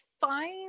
fine